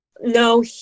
no